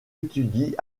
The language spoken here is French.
étudie